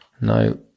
No